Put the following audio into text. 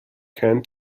can